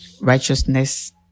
righteousness